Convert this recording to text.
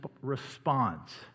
response